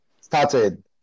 started